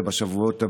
ובשבועות הבאים,